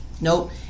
Nope